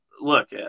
look